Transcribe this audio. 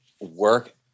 work